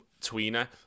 tweener